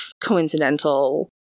coincidental